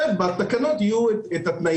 זה היה מצוין.